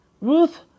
Ruth